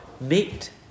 meet